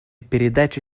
передача